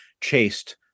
chased